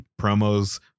promos